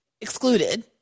excluded